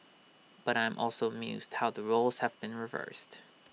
but I'm also amused how the roles have been reversed